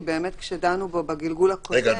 כי כשדנו בגלגול הקודם- -- אז